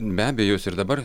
be abejo jūs ir dabar